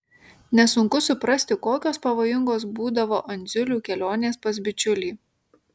nesunku suprasti kokios pavojingos būdavo andziulių kelionės pas bičiulį